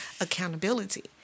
accountability